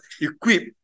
equip